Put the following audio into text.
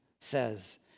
says